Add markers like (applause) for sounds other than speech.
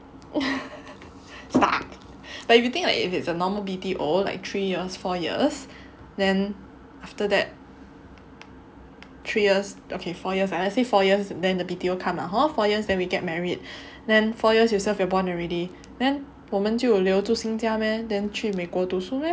(laughs) start but if you think like if it's a normal B_T_O like three years four years then after that three years okay four years let's say four years then the B_T_O come ah hor four years then we get married then four years you serve your bond already then 我们就留住新家 meh then 去美国读书 meh